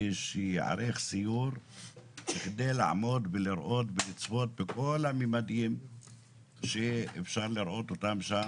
שייערך סיור כדי לצפות בכל הממדים שאפשר לראות שם,